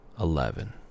eleven